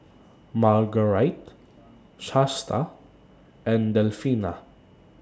Margarite Shasta and Delfina